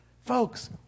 Folks